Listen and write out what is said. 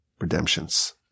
redemptions